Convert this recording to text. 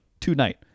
tonight